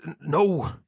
No